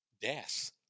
death